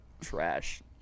trash